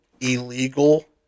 illegal